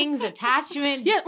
attachment